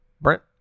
Brent